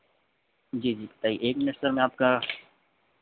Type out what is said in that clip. जी जी बताइए एक मिनट सर मैं आपका